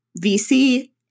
VC